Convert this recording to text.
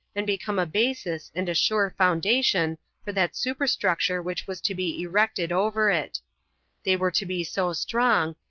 and become a basis and a sure foundation for that superstructure which was to be erected over it they were to be so strong,